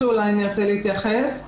שאולי נרצה להתייחס.